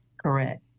Correct